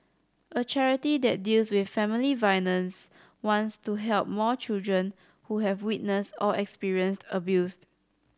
a charity that deals with family violence wants to help more children who have witnessed or experienced abuse